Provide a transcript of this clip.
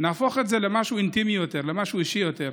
נהפוך את זה למשהו אינטימי יותר, למשהו אישי יותר.